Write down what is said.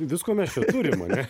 visko mes čia turim ane